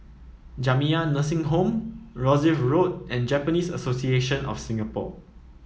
Jamiyah Nursing Home Rosyth Road and Japanese Association of Singapore